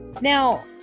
Now